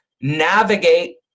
navigate